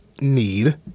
need